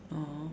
oh